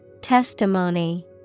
Testimony